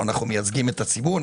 אנחנו מייצגים את הציבור,